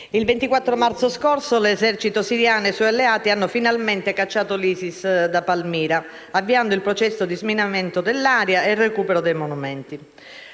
Il 24 marzo scorso l'esercito siriano e i suoi alleati hanno finalmente cacciato l'ISIS da Palmira, avviando il processo di sminamento dell'area e il recupero dei monumenti.